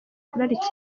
kurarikira